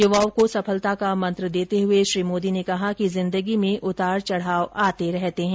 युवाओं को सफलता का मंत्र देते हुए मोदी ने कहा कि ॅजिंदगी में उतार चढ़ाव आते रहते हैं